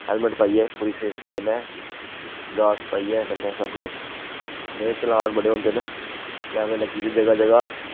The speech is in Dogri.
हेलमेट पाइयै पूरी सेफ्टी कन्नै गार्ड्स पाइयै कन्नै सब किश नेईं ते चलान बड़े होंदे न कैमरे लग्गी गेदे जगह जगह